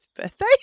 birthday